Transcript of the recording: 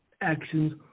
actions